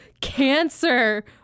cancer